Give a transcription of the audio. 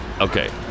Okay